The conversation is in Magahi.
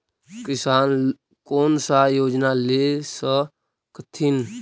किसान कोन सा योजना ले स कथीन?